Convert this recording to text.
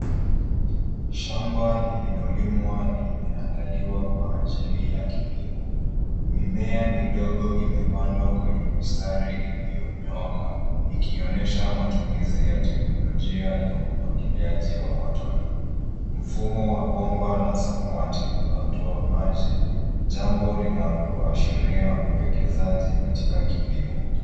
Shamba lililolimwa limeandaliwa kwa ajili ya kilimo. Mimea midogo imepandwa kwenye mistari iliyonyooka, ikionesha matumizi ya teknolojia ya umwagiliaji wa matone. Mfumo wa bomba la samawati unatoa maji, jambo linaloashiria uwekezaji katika kilimo.